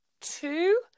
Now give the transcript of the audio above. two